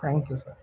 thank you sir